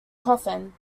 coffin